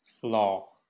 Flaw